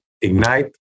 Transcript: ignite